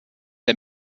der